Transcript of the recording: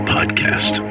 Podcast